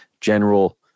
general